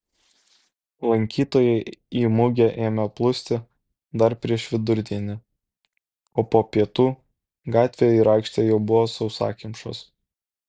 lankytojai į mugę ėmė plūsti dar prieš vidurdienį o po pietų gatvė ir aikštė jau buvo sausakimšos